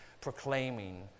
proclaiming